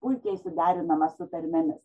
puikiai suderinamas su tarmėmis